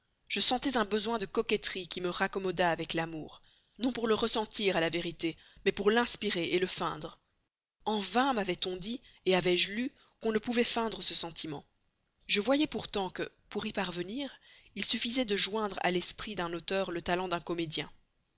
je sentais un besoin de coquetterie qui me raccommoda avec l'amour non pour le ressentir à la vérité mais pour l'inspirer le feindre en vain mavait on dit avais-je lu qu'on ne pouvait feindre ce sentiment je voyais pourtant que pour y parvenir il suffisait de joindre à l'esprit d'un auteur le talent d'un comédien